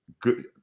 good